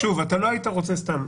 אתה לא היית רוצה סתם.